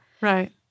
Right